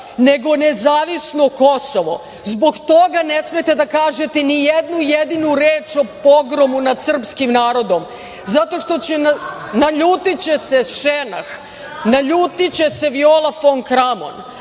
nego nezavisno Kosovo. Zbog toga ne smete da kažete ni jednu jedinu reč o pogromu nad srpskim narodom zato što će se naljutiti žena, naljutiće se Viola fon Kramon,